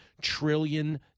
trillion